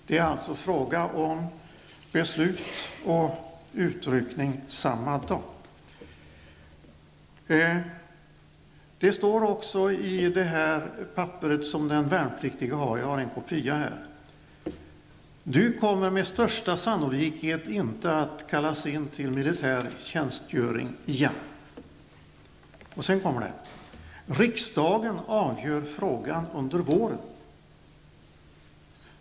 Det är således fråga om beslut och utryckning samma dag. Brevet till den värnpliktige fortsätter: ''Du kommer med största sannolikhet inte att kallas in till militär tjänstgöring igen. Riksdagen avgör frågan under våren.''